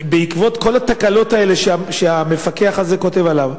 בעקבות כל התקלות האלה שהמפקח הזה כותב עליהן,